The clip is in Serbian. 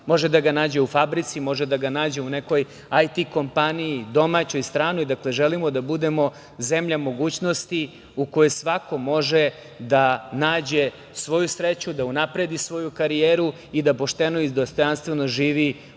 može da ga nađe u fabrici, može da ga nađe u nekoj IT kompaniji, domaćoj, stranoj. Dakle, želimo da budemo zemlja mogućnosti u kojoj svako može da nađe svoju sreću, da unapredi svoju karijeru i da pošteno i dostojanstveno živi od